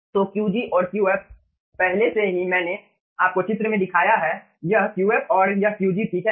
तो Qg और Qf पहले से ही मैंने आपको चित्र में दिखाया है यह Qf और यह Qg ठीक है